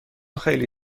خیلی